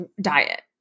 diet